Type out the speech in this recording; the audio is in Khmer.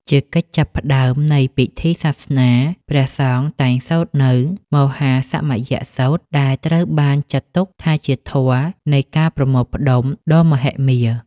ជាកិច្ចចាប់ផ្ដើមនៃពិធីសាសនា ព្រះសង្ឃតែងសូត្រនូវ មហាសមយសូត្រ ដែលត្រូវបានចាត់ទុកថាជាធម៌នៃការប្រមូលផ្ដុំដ៏មហិមា។